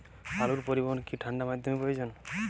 আলু পরিবহনে কি ঠাণ্ডা মাধ্যম প্রয়োজন?